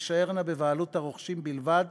שתישארנה בבעלות הרוכשים בלבד